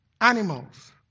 Animals